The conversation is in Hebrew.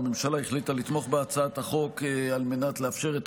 הממשלה החליטה לתמוך בהצעת החוק על מנת לאפשר את